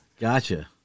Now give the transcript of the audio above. Gotcha